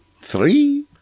three